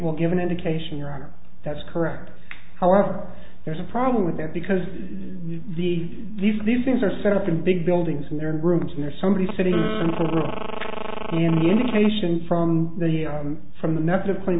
will give an indication that's correct however there's a problem with that because the these these things are set up in big buildings in their rooms and there's somebody sitting in the indication from the from the negative point